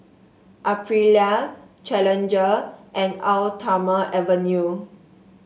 Aprilia Challenger and Eau Thermale Avene